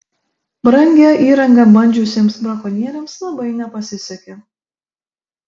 brangią įrangą bandžiusiems brakonieriams labai nepasisekė